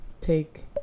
take